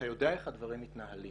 אתה יודע איך הדברים מתנהלים.